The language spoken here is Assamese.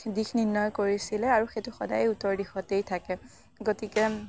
দিশ নিৰ্ণয় কৰিছিলে আৰু সেইটো সদায় উত্তৰ দিশতেই থাকে গতিকে